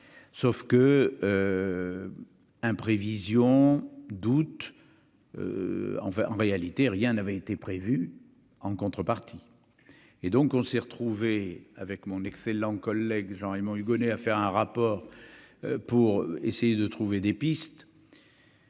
sauf que imprévision doute enfin en réalité rien n'avait été prévu, en contrepartie, et donc on s'est retrouvé avec mon excellent collègue Jean-Raymond Hugonet à faire un rapport pour essayer de trouver des pistes.